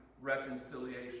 reconciliation